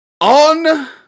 on